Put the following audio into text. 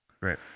Right